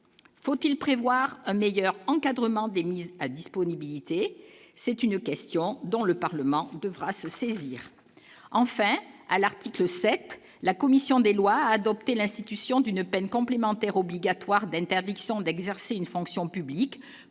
faut-il prévoir un meilleur encadrement des mises à disponibilité, c'est une question dans le parlement devra se saisir enfin à l'article 7, la commission des lois adoptées l'institution d'une peine complémentaire obligatoire d'interdiction d'exercer une fonction publique